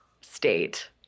state